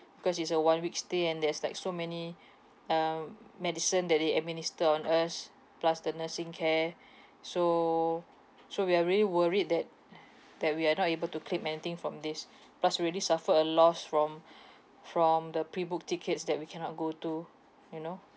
because it's a one week stay and there's like so many um medicine that they administer on us plus the nursing care so so we are really worried that that we are not able to claim anything from this plus really suffered a loss from from the prebooked tickets that we cannot go to you know